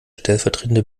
stellvertretende